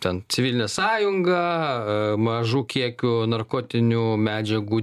ten civilinę sąjungą a mažų kiekių narkotinių medžiagų